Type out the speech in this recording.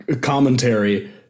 commentary